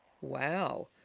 wow